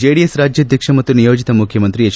JDS ರಾಜ್ಯಾಧ್ವಕ್ಷ ಮತ್ತು ನಿಯೋಜಿತ ಮುಖ್ಯಮಂತ್ರಿ ಎಚ್